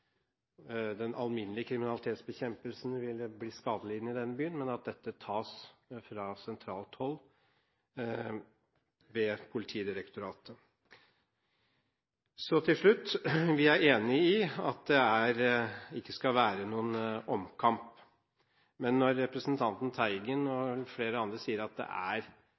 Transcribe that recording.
den alminnelige kriminalitetsbekjempelsen i denne byen vil bli skadelidende, men at dette tas fra sentralt hold ved Politidirektoratet. Så helt til slutt: Vi er enig i at det ikke skal være noen omkamp. Men når representanten Teigen og flere andre sier at det er